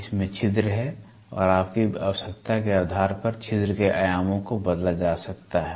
इसमें छिद्र है और आपकी आवश्यकता के आधार पर छिद्र के आयामों को बदला जा सकता है